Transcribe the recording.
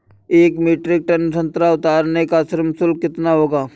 एक metric ton संतरा उतारने का श्रम शुल्क कितना होगा?